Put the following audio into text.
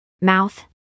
mouth